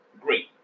great